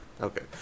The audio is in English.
okay